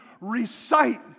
recite